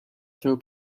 throw